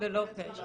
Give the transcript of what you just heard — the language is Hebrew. ללא קשר.